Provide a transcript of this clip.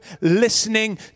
listening